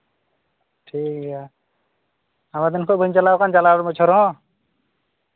ᱴᱷᱤᱠ ᱜᱮᱭᱟ ᱟᱭᱢᱟ ᱫᱤᱱ ᱠᱷᱚᱡ ᱵᱟᱹᱧ ᱪᱟᱞᱟᱣ ᱟᱠᱟᱱ ᱪᱟᱞᱟᱣᱮᱱ ᱵᱚᱪᱷᱚᱨ ᱨᱮᱦᱚᱸ